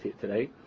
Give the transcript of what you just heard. today